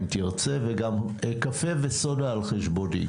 אם תרצה וגם קפה וסודה על חשבוני.